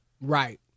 Right